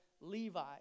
Levi